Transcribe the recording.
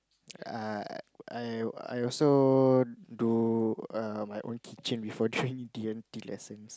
uh I I I also do err my own kitchen before training D-and-T lessons